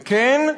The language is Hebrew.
וכן,